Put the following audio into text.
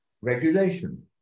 regulation